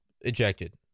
ejected